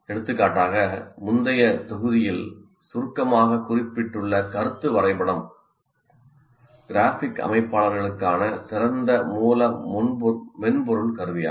எடுத்துக்காட்டாக முந்தைய தொகுதியில் சுருக்கமாகக் குறிப்பிட்டுள்ள கருத்து வரைபடம் நாம் மீண்டும் முன்வைப்போம் கிராஃபிக் அமைப்பாளர்களுக்கான திறந்த மூல மென்பொருள் கருவியாகும்